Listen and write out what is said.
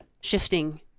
shifting